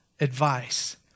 advice